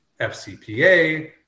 FCPA